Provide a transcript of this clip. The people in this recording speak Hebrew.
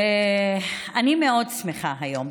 אני מאוד שמחה היום,